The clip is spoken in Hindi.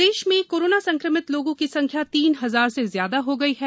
कोरोना प्रदेश प्रदेश में कोरोना संक्रमित लोगों की संख्या तीन हजार से ज्यादा हो गई है